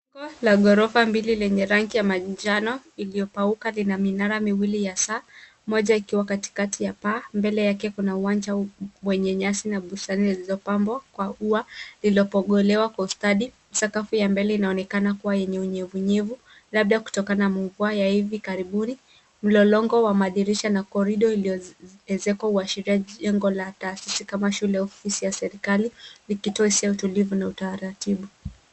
Jengo la ghorofa mbili lenye rangi ya manjano, iliyopauka lina minara miwili ya saa, moja ikiwa katikati ya paa. Mbele yake kuna uwanja wenye nyasi na bustani zilizopambwa kwa ua lililopogolewa kwa ustadi. Sakafu ya mbele inaonekana kuwa yenye unyevunyevu, labda kutokana na mvua ya hivi karibuni. Mlolongo wa madirisha na korido iliyoezekwa huashiria jengo la taasisi kama shule au ofisi ya serikali. Ni kituo isiyo tulivu na utaratibu.